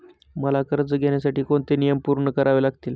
मला कर्ज घेण्यासाठी कोणते नियम पूर्ण करावे लागतील?